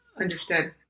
Understood